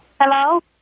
Hello